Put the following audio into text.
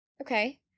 Okay